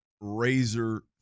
razor